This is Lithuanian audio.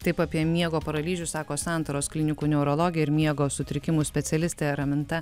taip apie miego paralyžių sako santaros klinikų neurologė ir miego sutrikimų specialistė raminta